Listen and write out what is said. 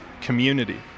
community